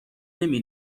نمی